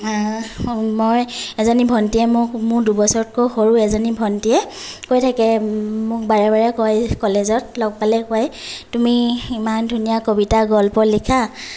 মই এজনী ভন্টীয়ে মোক মোৰ দুবছৰতকৈ সৰু এজনী ভন্টীয়ে কৈ থাকে মোক বাৰে বাৰে কয় কলেজত লগ পালেই কয় তুমি ইমান ধুনীয়া কবিতা গল্প লিখা